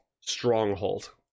stronghold